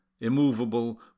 immovable